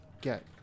Get